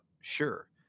sure